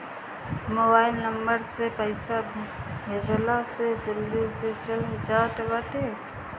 mobile number से पईसा भेजला से जल्दी से चल जात बाटे